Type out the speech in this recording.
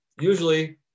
usually